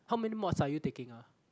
how many mods are you taking ah